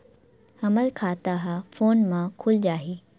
हमर खाता ह फोन मा खुल जाही?